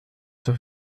zur